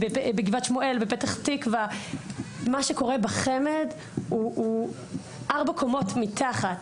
בגבעת שמואל ובפתח תקווה מה שקורה בחמ"ד הוא ארבע קומות מתחת.